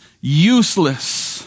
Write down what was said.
useless